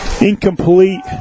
Incomplete